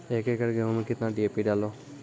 एक एकरऽ गेहूँ मैं कितना डी.ए.पी डालो?